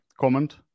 comment